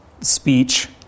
speech